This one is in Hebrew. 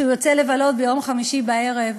כשהוא יוצא לבלות ביום חמישי בערב,